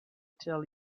tell